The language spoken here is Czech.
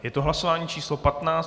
Je to hlasování číslo 15.